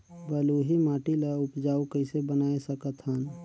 बलुही माटी ल उपजाऊ कइसे बनाय सकत हन?